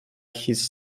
his